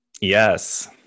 Yes